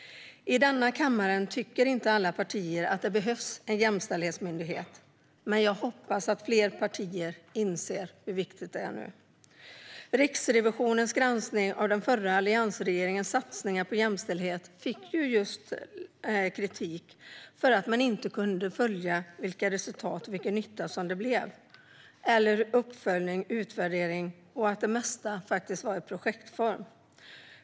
I denna kammare tycker inte alla partier att en jämställdhetsmyndighet behövs, men jag hoppas att fler partier nu inser hur viktig den är. Riksrevisionens granskning av alliansregeringens satsningar på jämställdhet fick kritik för att det inte gick att följa resultaten eller vilken nytta de fick. Det fanns ingen uppföljning eller utvärdering. Det mesta var i projektform.